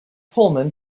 pullman